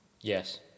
Yes